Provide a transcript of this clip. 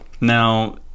now